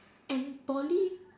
and Poly